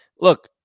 look